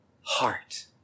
heart